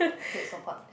why is it so hot